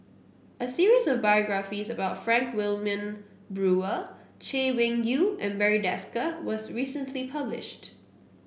a series of biographies about Frank Wilmin Brewer Chay Weng Yew and Barry Desker was recently published